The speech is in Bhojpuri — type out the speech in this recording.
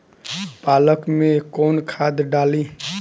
पालक में कौन खाद डाली?